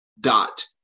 dot